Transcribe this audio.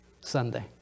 Sunday